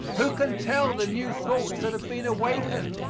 who can tell the new thoughts that have been awakened,